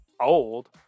old